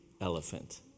elephant